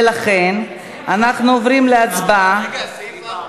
ולכן אנחנו עוברים להצבעה.